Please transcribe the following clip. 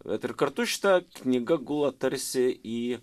bet ir kartu šita knyga gula tarsi į